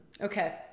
okay